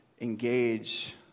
engage